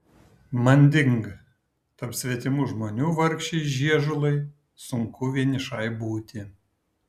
manding tarp svetimų žmonių vargšei žiežulai sunku vienišai būti